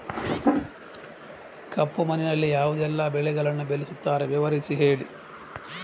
ಕಪ್ಪು ಮಣ್ಣಿನಲ್ಲಿ ಯಾವುದೆಲ್ಲ ಬೆಳೆಗಳನ್ನು ಬೆಳೆಸುತ್ತಾರೆ ವಿವರಿಸಿ ಹೇಳಿ